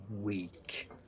week